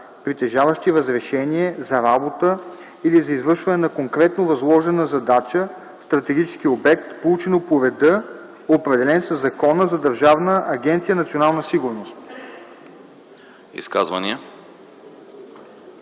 притежаващи разрешение за работа или за извършване на конкретно възложена задача в стратегически обект, получено по реда, определен със Закона за Държавна агенция „Национална сигурност”.”